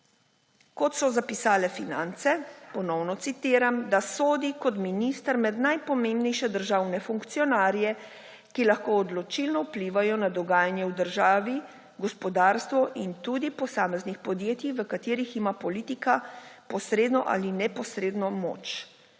kot so zapisale Finance, ponovno citiram, da »sodi kot minister med najpomembnejše državne funkcionarje, ki lahko odločilno vplivajo na dogajanje v državi, gospodarstvu in tudi v posameznih podjetjih, v katerih ima politika posredno ali neposredno moč.